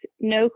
no